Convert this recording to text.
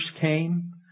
came